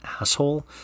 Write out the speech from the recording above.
asshole